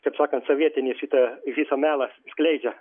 kaip sakant sovietinį šitą visą melą skleidžia